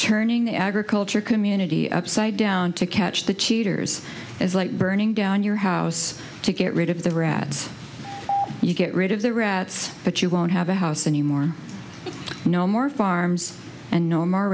turning the agriculture community upside down to catch the cheaters is like burning down your house to get rid of the rats you get rid of the rats but you won't have a house anymore no more farms and no more